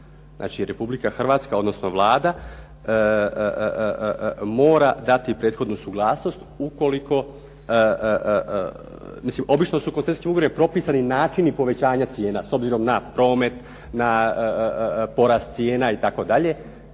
Znači RH, odnosno Vlada mora dati prethodnu suglasnost, mislim obično su koncesijski ugovori propisani način i povećanje cijena s obzirom na promet, na porast cijena itd.